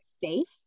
safe